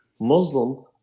Muslim